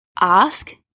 ask